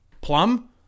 Plum